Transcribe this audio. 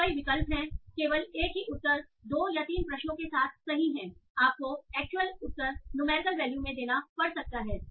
तो कई विकल्प हैं केवल एक ही उत्तर 2 या 3 प्रश्नों के साथ सही है आपको एक्चुअल उत्तर न्यूमेरिकल वैल्यू में देना पड़ सकता है